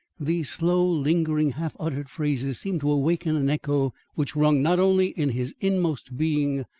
these slow, lingering, half-uttered phrases seemed to awaken an echo which rung not only in his inmost being,